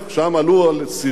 שם עלו על סירה